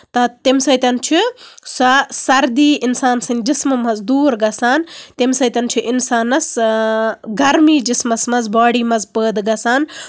تَمہِ سۭتۍ چھُ سۄ سردی اِنسان سٔندۍ جِسمہٕ منٛز دوٗر گژھان تمہِ سۭتۍ چھُ اِنسانَس گرمی جِسمَس منٛز بوڈی منٛز پٲدٕ گژھان